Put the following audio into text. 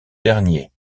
dernier